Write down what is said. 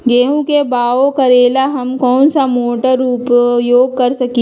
गेंहू के बाओ करेला हम कौन सा मोटर उपयोग कर सकींले?